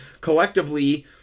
collectively